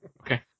Okay